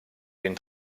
den